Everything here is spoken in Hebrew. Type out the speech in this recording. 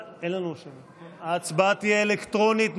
ההצבעה תהיה אלקטרונית.